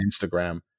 instagram